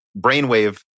brainwave